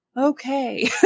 Okay